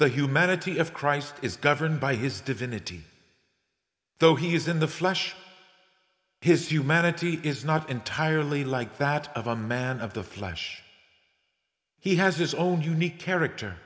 the humanity of christ is governed by his divinity though he is in the flesh his humanity is not entirely like that of a man of the flesh he has his own unique character